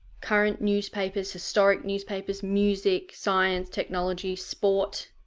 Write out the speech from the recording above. current newspapers, historic newspapers, music, science, technology, sport,